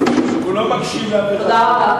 תודה רבה.